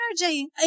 energy